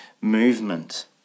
movement